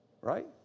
right